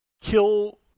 Kill